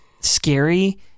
scary